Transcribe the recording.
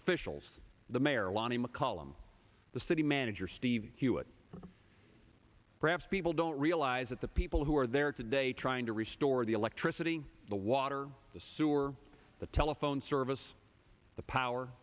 officials the mayor lonnie mccollum the city manager steve hewitt perhaps people don't realize that the people who are there today trying to restore the electricity the water the sewer the telephone service the power